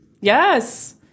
Yes